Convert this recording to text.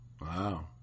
Wow